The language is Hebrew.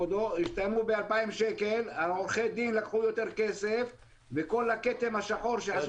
2,000 שקלים ועורכי הדין לקחו יותר כסף וכל הכתם השחור שעשו